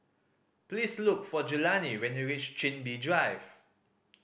please look for Jelani when you reach Chin Bee Drive